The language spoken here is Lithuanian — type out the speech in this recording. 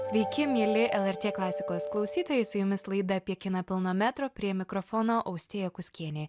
sveiki mieli lrt klasikos klausytojai su jumis laida apie kiną pilno metro prie mikrofono austėja kuskienė